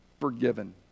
forgiven